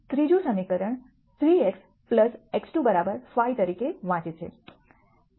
ત્રીજું સમીકરણ 3x x2 5 તરીકે વાંચે છે